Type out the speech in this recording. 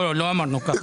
לא, לא אמרנו ככה.